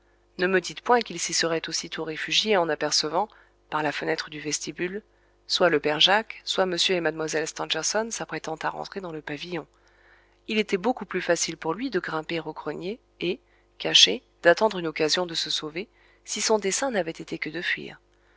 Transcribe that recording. ne me dites point qu'il s'y serait aussitôt réfugié en apercevant par la fenêtre du vestibule soit le père jacques soit m et mlle stangerson s'apprêtant à rentrer dans le pavillon il était beaucoup plus facile pour lui de grimper au grenier et caché d'attendre une occasion de se sauver si son dessein n'avait été que de fuir